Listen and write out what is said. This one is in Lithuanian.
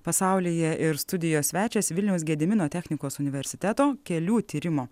pasaulyje ir studijos svečias vilniaus gedimino technikos universiteto kelių tyrimo